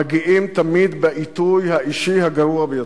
מגיעים תמיד בעיתוי האישי הגרוע ביותר,